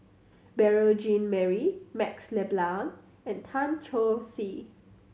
Beurel Jean Marie MaxLe Blond and Tan Choh Tee